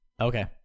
okay